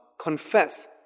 confess